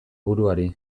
buruari